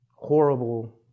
Horrible